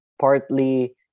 Partly